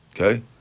Okay